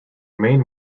main